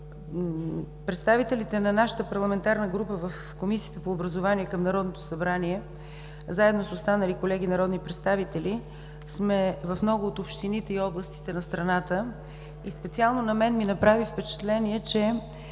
представителите на нашата парламентарна група в Комисията по образование към Народното събрание, заедно с останали колеги народни представители, сме в много от общините и областите на страната. Специално на мен ми направи впечатление, че